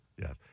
yes